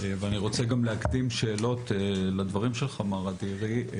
ואני רוצה גם להקדים שאלות לדברים שלך מר אדירי.